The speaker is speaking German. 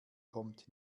kommt